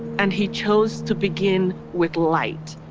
and he choose to begin with light.